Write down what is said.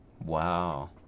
Wow